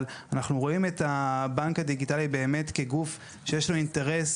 אבל אנחנו רואים את הבנק הדיגיטלי באמת כגוף שיש לו אינטרס